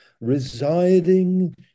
residing